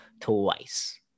twice